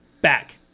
back